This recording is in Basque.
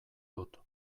dut